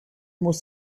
muss